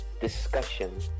discussion